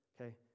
Okay